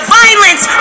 violence